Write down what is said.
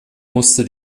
musste